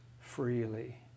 freely